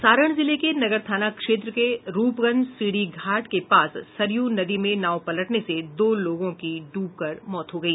सारण जिले के नगर थाना क्षेत्र के रूपगंज सीढ़ी घाट के पास सरयू नदी में नाव पलटने से दो लोगों की डूबकर मौत हो गई